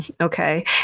Okay